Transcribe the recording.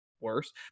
worse